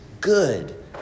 good